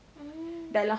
ooh